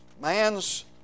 Man's